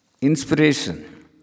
Inspiration